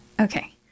okay